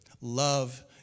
Love